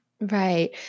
Right